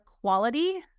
quality